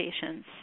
patients